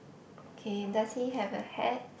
okay does he have a hat